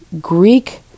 Greek